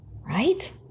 Right